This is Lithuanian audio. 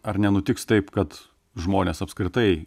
ar nenutiks taip kad žmonės apskritai